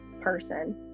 person